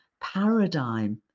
paradigm